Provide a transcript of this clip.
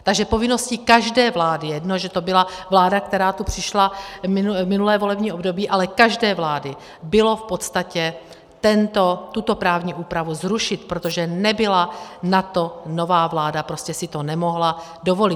Takže povinností každé vlády, je jedno, že to byla vláda, která tu přišla minulé volební období, ale každé vlády bylo v podstatě tuto právní úpravu zrušit, protože nebyla na to nová vláda, prostě si to nemohla dovolit.